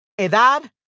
edad